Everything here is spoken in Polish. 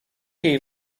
jej